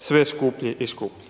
sve skuplji i skuplji.